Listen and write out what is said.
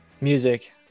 Music